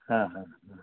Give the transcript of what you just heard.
हां हां हां